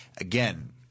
Again